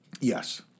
Yes